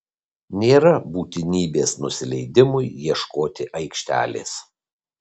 nėra būtinybės nusileidimui ieškoti aikštelės